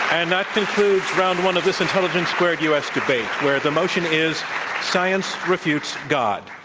and that concludes round one of this intelligence squared u. s. debate, where the motion is science refutes god.